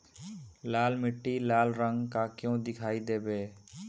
लाल मीट्टी लाल रंग का क्यो दीखाई देबे?